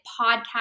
podcast